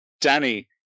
Danny